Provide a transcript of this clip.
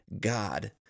God